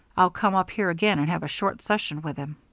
i'll come up here again and have a short session with him.